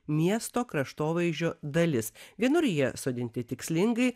miesto kraštovaizdžio dalis vienur jie sodinti tikslingai